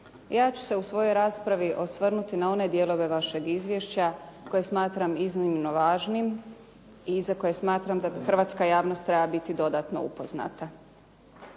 Ja ću se u svojoj raspravi osvrnuti na one dijelove vašeg izvješća koje smatram iznimno važnim i za koje smatram da hrvatska javnost treba biti dodatno upoznata.